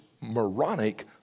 moronic